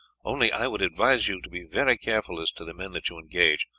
only i would advise you to be very careful as to the men that you engage,